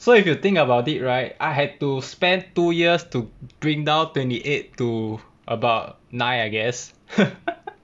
so if you think about it right I had to spend two years to bring down twenty eight to about nine I guess